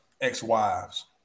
ex-wives